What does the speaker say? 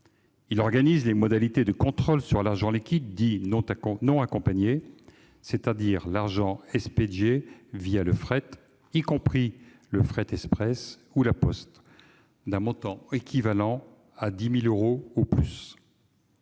Il organise les modalités de contrôle sur l'argent liquide dit « non accompagné », c'est-à-dire l'argent expédié le fret, y compris le fret express, ou La Poste, pour un montant équivalent à 10 000 euros ou plus.